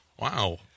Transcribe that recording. Wow